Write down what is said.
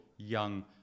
young